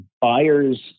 buyers